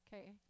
Okay